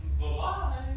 Bye